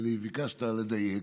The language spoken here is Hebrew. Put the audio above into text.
וביקשת לדייק,